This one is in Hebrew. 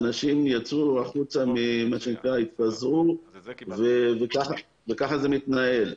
אנשים יצאו החוצה והתפזרו וכך זה מתנהל.